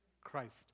Christ